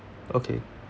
okay